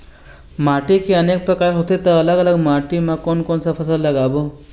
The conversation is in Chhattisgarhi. माटी के अनेक प्रकार होथे ता अलग अलग माटी मा कोन कौन सा फसल लगाबो?